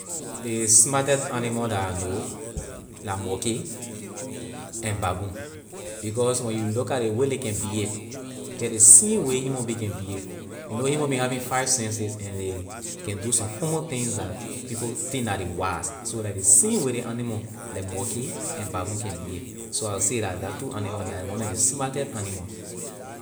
The smartest animal that I know la monkey and baboon because when you look at the way ley can behave just ley same way human being can behave you know human being having five senses and they can do so common things that people think that they wise so la ley same way ley animal like monkey and baboon can behave so I will say that la two animal they are one of the smartest animal.